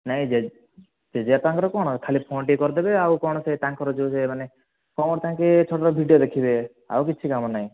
ନାଇଁ ଜେଜେବାପାଙ୍କର କ'ଣ ଖାଲି ଫୋନ୍ ଟିକିଏ କରିଦେବେ ଆଉ କ'ଣ ସେ ତାଙ୍କର ଯେଉଁ ସେ ମାନେ କ'ଣ ତାଙ୍କେ ଛୋଟ ଛୋଟ ଭିଡ଼ିଓ ଦେଖିବେ ଆଉ କିଛି କାମ ନାହିଁ